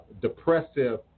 depressive